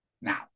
Now